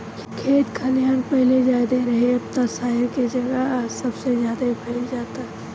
खेत खलिहान पाहिले ज्यादे रहे, अब त सहर के जगह ज्यादे भईल जाता